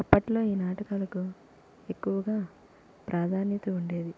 అప్పట్లో ఈ నాటకాలకు ఎక్కువగా ప్రాధాన్యత ఉండేది